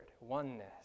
oneness